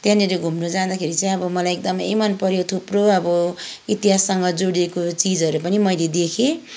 त्यहाँनिर घुम्नु जाँदाखेरि चाहिँ अब मलाई एकदमै मन पऱ्यो थुप्रो अब इतिहाससँग जोडिएको चिजहरू पनि मैले देखेँ